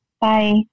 bye